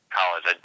college